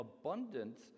abundance